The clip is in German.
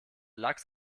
lachs